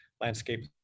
landscape